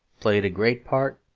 played a great part,